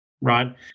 right